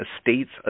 state's